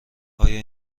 آیا